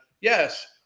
Yes